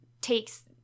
takes